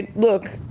look,